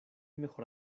mejor